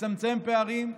לצמצם פערים,